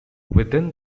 within